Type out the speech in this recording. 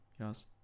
yes